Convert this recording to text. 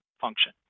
function